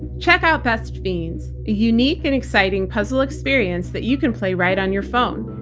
check out best fiends, a unique and exciting puzzle experience that you can play right on your phone.